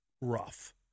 rough